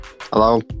Hello